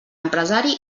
empresari